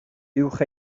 uwch